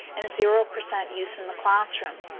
and zero percent use in the classroom.